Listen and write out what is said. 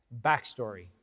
Backstory